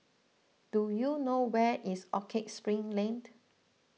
do you know where is Orchard Spring Laned